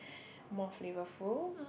more flavorful